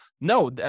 no